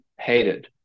hated